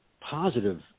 positive